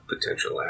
potential